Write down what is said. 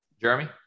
Jeremy